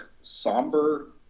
somber